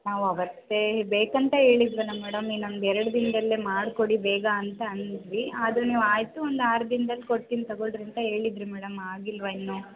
ನಾವವತ್ತೇ ಬೇಕಂತ ಹೇಳಿದ್ದೆವಲ್ಲ ಮೇಡಮ್ ನೀವು ನಮಗೆ ಎರಡು ದಿನದಲ್ಲೇ ಮಾಡಿಕೊಡಿ ಬೇಗ ಅಂತ ಅಂದ್ವಿ ಅದು ನೀವು ಆಯಿತು ಒಂದು ಆರು ದಿನದಲ್ಲಿ ಕೊಡ್ತೀನಿ ತೊಗೊಳ್ರಿ ಅಂತ ಹೇಳಿದ್ದಿರಿ ಮೇಡಮ್ ಆಗಿಲ್ವಾ ಇನ್ನು